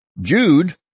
Jude